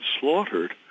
slaughtered